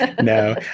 No